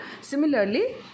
similarly